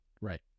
Right